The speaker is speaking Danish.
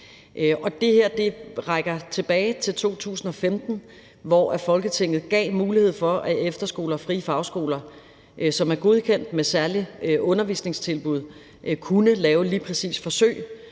her rækker tilbage til 2015, hvor Folketinget gav mulighed for, at efterskoler og frie fagskoler, som er godkendt med særlige undervisningstilbud, lige præcis kunne